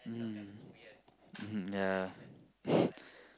mmhmm mmhmm yeah